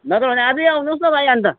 नत्र भने आजै आउनोस् न भाइ अन्त